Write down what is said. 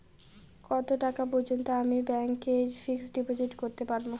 কত টাকা পর্যন্ত আমি ব্যাংক এ ফিক্সড ডিপোজিট করতে পারবো?